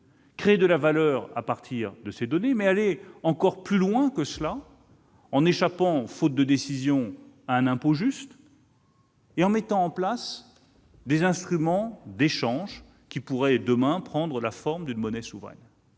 créer de la valeur à partir de ces données, mais aussi aller plus loin encore, en échappant, faute de décisions, à un impôt juste et en mettant en place des instruments d'échange qui pourraient, demain, prendre la forme d'une monnaie souveraine.